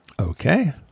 Okay